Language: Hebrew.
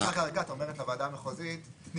בקרקע ריקה את אומרת לוועדה המחוזית תתני